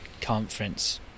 conference